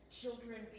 children